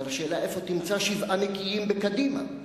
אבל השאלה, איפה תמצא שבעה נקיים בקדימה?